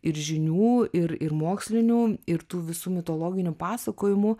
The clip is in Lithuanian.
ir žinių ir ir mokslinių ir tų visų mitologinių pasakojimų